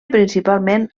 principalment